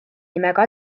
nimega